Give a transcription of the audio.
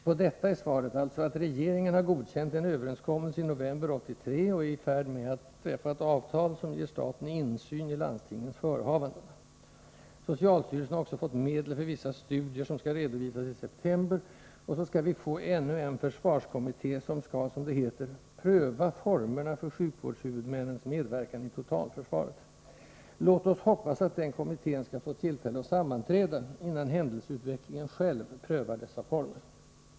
På detta är svaret alltså att regeringen har godkänt en överenskommelse i november 1983 och är i färd med att träffa ett avtal, som ger staten ”insyn” i landstingens förehavanden. Socialstyrelsen har också fått medel för vissa ”studier”, som skall redovisas i september, och så skall vi få ännu en försvarskommitté, som skall ”pröva formerna för sjukvårdshuvudmännens medverkan i totalförsvaret”. Låt oss hoppas att den kommittén skall få tillfälle att sammanträda, innan händelseutvecklingen själv ”prövar” dessa former.